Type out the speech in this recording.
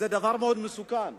זה דבר מאוד מסוכן.